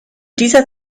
dieser